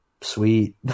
sweet